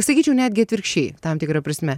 sakyčiau netgi atvirkščiai tam tikra prasme